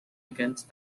against